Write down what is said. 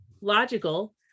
logical